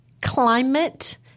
climate